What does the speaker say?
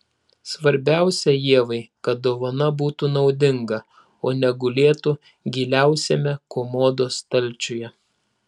svarbiausia ievai kad dovana būtų naudinga o ne gulėtų giliausiame komodos stalčiuje